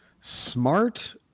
smart